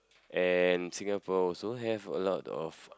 and Singapore also have a lot of